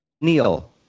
neil